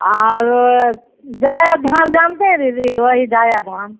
आओर जया धान जानते हैं दीदी वही जया धान